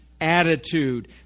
attitude